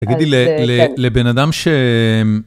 תגידי לבן אדם ש...